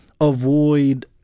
avoid